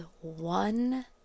one